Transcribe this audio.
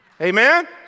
Amen